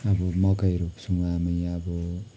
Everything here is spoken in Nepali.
अब मकै रोप्छौँ हामी अब